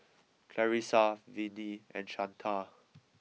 Clarissa Vinnie and Shanta